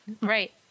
Right